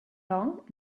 long